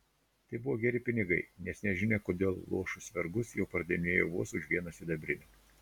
tai buvo geri pinigai nes nežinia kodėl luošus vergus jau pardavinėjo vos už vieną sidabrinį